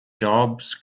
jobs